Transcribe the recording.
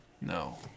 No